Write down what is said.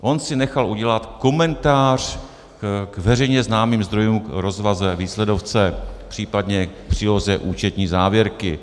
On si nechal udělat komentář k veřejně známým zdrojům, k rozvaze a výsledovce, případně k příloze účetní závěrky.